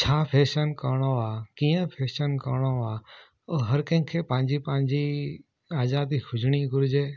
छा फैशन करिणो आहे कीअं फैशन करिणो आहे उहो हर कंहिंखे पंहिंजी पंहिंजी आज़ादी हुजिणी घुरिजे